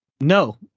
no